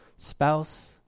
Spouse